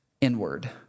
inward